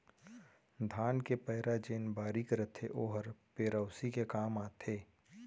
धान के पैरा जेन बारीक रथे ओहर पेरौसी के काम आथे